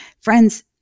Friends